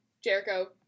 Jericho